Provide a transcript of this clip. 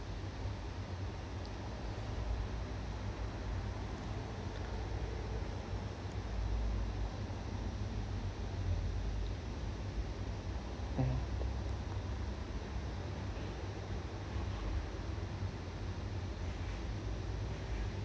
mmhmm